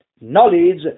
knowledge